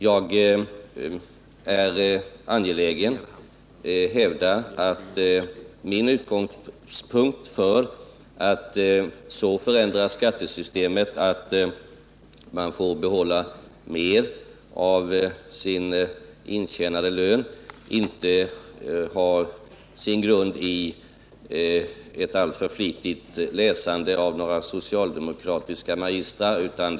Jag är angelägen att hävda att min utgångspunkt när det gäller att så förändra skattesystemet att man får behålla mer av sin intjänade lön inte är ett alltför flitigt läsande av vad några socialdemokratiska magistrar skrivit.